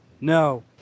No